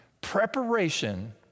Preparation